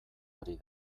ari